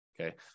okay